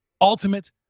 ultimate